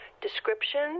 description